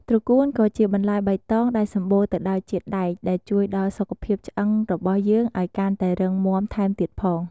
ត្រកួនក៏ជាបន្លែបៃតងដែលសំបូរទៅដោយជាតិដែកដែលជួយដល់សុខភាពឆ្អឹងរបស់យើងឱ្យកាន់តែរឹងមាំថែមទៀតផង។